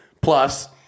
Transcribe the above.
plus